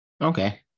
okay